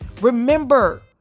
Remember